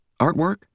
artwork